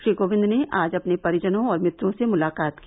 श्री कोविंद ने आज अपने परिजनों और मित्रों से मुलाकात की